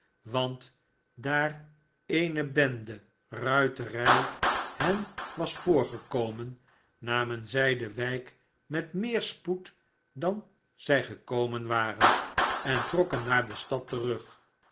want daar eene bende ruiterij hen was voorgekomen namen zij de wijk met meer spoed dan zij gekomen waren en trokken naar de stad terug